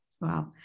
Wow